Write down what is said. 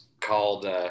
called